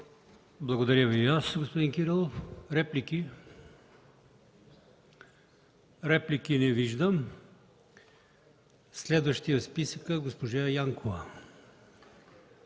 Благодаря Ви и аз, господин Кирилов. Реплики? Не виждам. Следващият в списъка е госпожа Янкова.